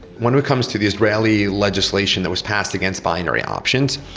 when it comes to the israeli legislation that was passed against binary options,